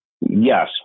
yes